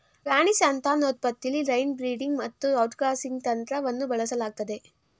ಪ್ರಾಣಿ ಸಂತಾನೋತ್ಪತ್ತಿಲಿ line breeding ಮತ್ತುಔಟ್ಕ್ರಾಸಿಂಗ್ನಂತಂತ್ರವನ್ನುಬಳಸಲಾಗ್ತದೆ